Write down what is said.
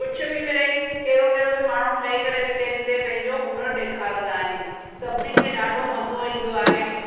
कुझु बि मिलई कहिड़ो कहिड़ो बि माण्हू ठही करे स्टेज ते पंहिंजो हुनुरु ॾेखारंदा आहिनि सभिनीनि खे ॾाढो मज़ो ईंदो आहे